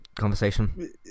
conversation